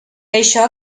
això